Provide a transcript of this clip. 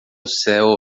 céu